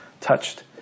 touched